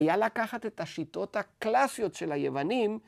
‫היה לקחת את השיטות הקלאסיות ‫של היוונים.